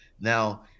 Now